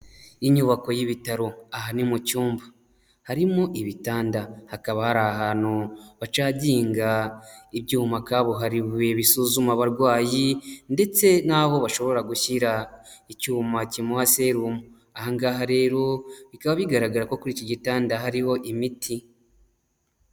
Inyubako y'ibitaro aha ni mu cyumba, harimo ibitanda hakaba hari ahantu bacagiga ibyuma kabuhariwe bisuzuma abarwayi, ndetse n'aho bashobora gushyira icyuma kimuha serumu, aha ngaha rero bikaba bigaragara ko kuri iki gitanda hariho imiti.